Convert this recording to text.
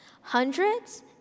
hundreds